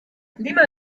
lima